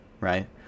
Right